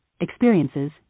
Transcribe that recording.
experiences